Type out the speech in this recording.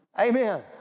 Amen